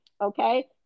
okay